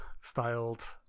styled